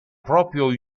proprio